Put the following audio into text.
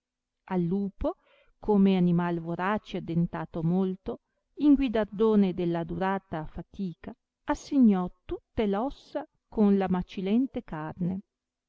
al lupo come animai vorace e addentato molto in guidardone della durata fatica assignó tutte f ossa con la macilente carne